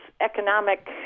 economic